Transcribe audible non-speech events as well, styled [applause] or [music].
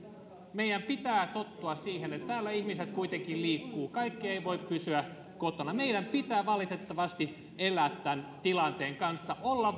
meidän pitää tottua siihen että täällä ihmiset kuitenkin liikkuvat kaikki eivät voi pysyä kotona meidän pitää valitettavasti elää tämän tilanteen kanssa olla [unintelligible]